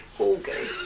okay